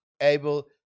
able